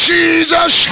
Jesus